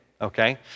okay